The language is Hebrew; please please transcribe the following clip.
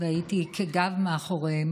והייתי כגב מאחוריהם,